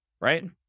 right